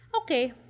okay